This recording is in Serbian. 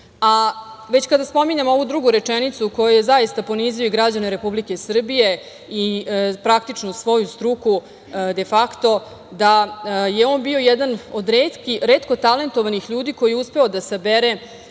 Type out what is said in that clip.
kada spominjem ovu drugu rečenicu kojom je zaista ponizio građane Republike Srbije i praktično svoju struku defakto da je on bio jedan od retko talentovanih ljudi koji je uspeo da sabere,